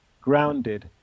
grounded